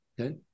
Okay